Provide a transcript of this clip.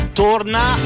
torna